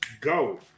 go